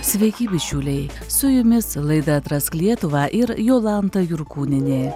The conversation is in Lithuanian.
sveiki bičiuliai su jumis laida atrask lietuvą ir jolanta jurkūnienė